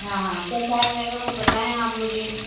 हाँ हाँ क्या चार्ज रहेगा वह बताएँ आप मुझे